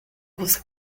você